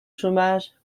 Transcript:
chômage